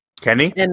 Kenny